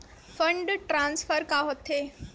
Fund transfer का होथे?